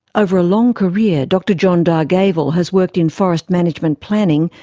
over a long career, dr john dargavel has worked in forest management planning,